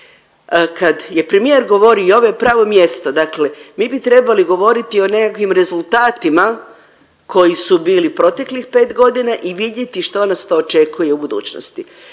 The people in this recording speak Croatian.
Kad je premijer govorio i ovo je pravo mjesto, dakle mi bi trebali govoriti o nekakvim rezultatima koji su bili proteklih pet godina i vidjeti što nas to očekuje u budućnosti.